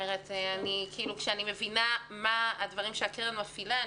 כשאני מבינה מה הדברים שהקרן מפעילה,